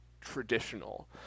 traditional